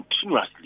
continuously